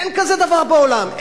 אין כזה דבר בעולם.